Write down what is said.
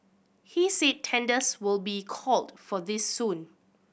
he said tenders will be called for this soon